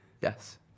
Yes